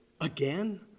again